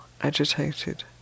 agitated